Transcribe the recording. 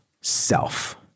self